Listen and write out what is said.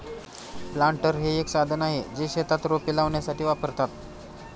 planter हे एक साधन आहे, जे शेतात रोपे लावण्यासाठी वापरतात